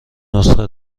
نسخه